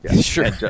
Sure